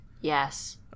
Yes